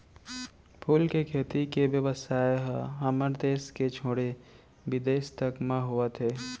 फूल के खेती के बेवसाय ह हमर देस के छोड़े बिदेस तक म होवत हे